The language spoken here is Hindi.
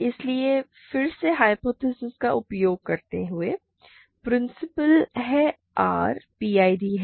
इसलिए फिर से ह्य्पोथेसिस का उपयोग करते हुए I प्रिंसिपल है R पीआईडी है